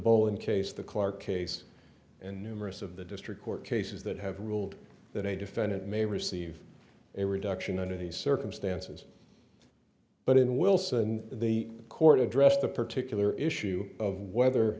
bolan case the clark case and numerous of the district court cases that have ruled that a defendant may receive a reduction under the circumstances but in wilson the court addressed the particular issue of whether